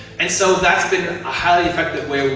and so, that's been a highly effective way.